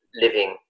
living